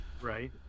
Right